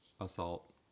assault